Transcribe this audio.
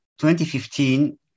2015